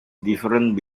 different